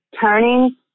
Turning